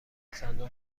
صندوق